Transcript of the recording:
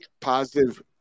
positive